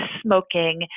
smoking